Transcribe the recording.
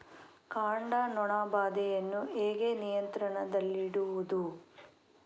ಕಾಂಡ ನೊಣ ಬಾಧೆಯನ್ನು ಹೇಗೆ ನಿಯಂತ್ರಣದಲ್ಲಿಡುವುದು?